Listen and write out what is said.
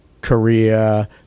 Korea